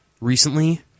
recently